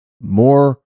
more